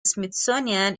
smithsonian